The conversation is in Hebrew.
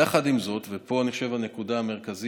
יחד עם זאת, ופה אני חושב הנקודה המרכזית,